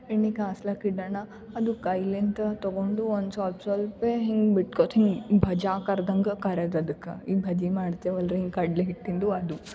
ಎಣ್ಣೆ ಕಾಸ್ಲಾಕೆ ಇಡೋಣ ಅದು ಕಾಯ್ಲೆಂತ ತೊಗೊಂಡು ಒಂದು ಸ್ವಲ್ಪ್ ಸ್ವಲ್ಪೆ ಹಿಂಗೆ ಬಿಟ್ಕೋತ ಹಿಂಗೆ ಬಜಿ ಕರ್ದಂಗೆ ಕರೀದು ಅದಕ್ಕೆ ಈ ಭಜಿ ಮಾಡ್ತೀವಲ್ರಿ ಈ ಕಡಲೆ ಹಿಟ್ಟಿಂದು ಅದು